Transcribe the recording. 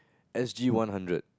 S_G one hundred